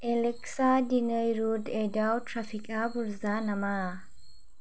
Alexa दिनै route एइटआव ट्राफिकआ बुरजा नामा